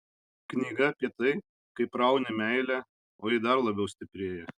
knyga apie tai kaip rauni meilę o ji dar labiau stiprėja